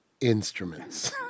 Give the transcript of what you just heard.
instruments